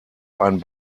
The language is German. einen